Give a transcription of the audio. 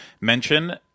mention